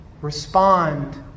respond